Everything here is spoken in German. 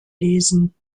lesen